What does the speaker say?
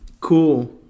Cool